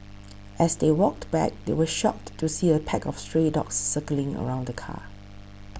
as they walked back they were shocked to see a pack of stray dogs circling around the car